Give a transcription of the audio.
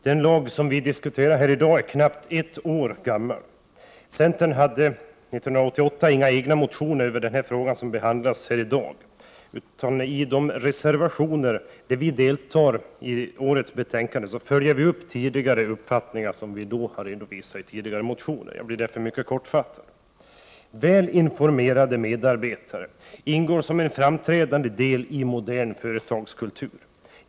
Fru talman! Den lag som nu diskuteras är knappt ett år gammal. Centern hade inte väckt några egna motioner i den fråga som behandlas här i dag, utan i de reservationer till detta betänkande som vi är med om att avge följer vi upp sådana uppfattningar som vi tidigare har redovisat i motioner. Jag blir därför mycket kortfattad. Väl informerade medarbetare ingår som en framträdande del i modern företagskultur.